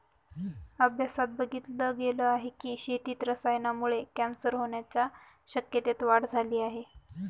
अभ्यासात बघितल गेल आहे की, शेतीत रसायनांमुळे कॅन्सर होण्याच्या शक्यतेत वाढ झाली आहे